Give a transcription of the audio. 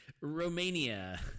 romania